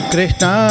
Krishna